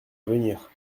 venir